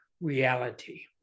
reality